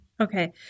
Okay